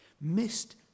missed